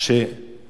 הוא חשוב, האזהרה